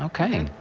okay.